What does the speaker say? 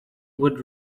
would